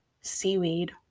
seaweed